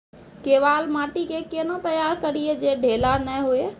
केवाल माटी के कैना तैयारी करिए जे ढेला नैय हुए?